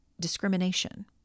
discrimination